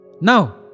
Now